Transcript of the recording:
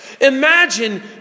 Imagine